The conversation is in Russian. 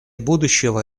будущего